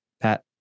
Pat